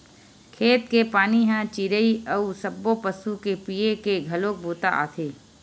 खेत के पानी ह चिरई अउ सब्बो पसु के पीए के घलोक बूता आथे